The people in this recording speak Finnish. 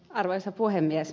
arvoisa puhemies